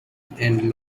and